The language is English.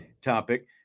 topic